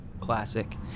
classic